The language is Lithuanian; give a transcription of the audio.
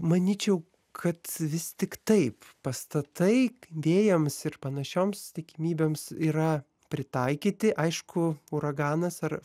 manyčiau kad vis tik taip pastatai vėjams ir panašioms tikimybėms yra pritaikyti aišku uraganas ar